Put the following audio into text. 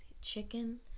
Chicken